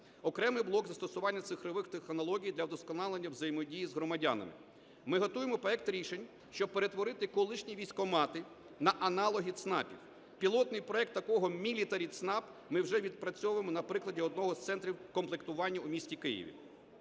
Окремий блок – застосування цифрових технологій для удосконалення взаємодії з громадянами. Ми готуємо проекти рішень, щоб перетворити колишні військкомати на аналоги ЦНАПів. Пілотний проект такого мілітарі- ЦНАП ми вже відпрацьовуємо на прикладі одного з центрів комплектування у місті Києві.